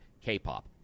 K-pop